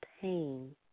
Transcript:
pain